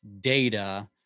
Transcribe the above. data